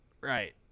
right